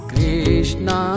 Krishna